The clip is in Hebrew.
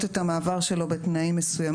את המעבר שלו בתנאים מסוימים שיקבעו בתקנות.